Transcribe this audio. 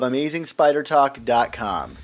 AmazingSpiderTalk.com